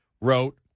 wrote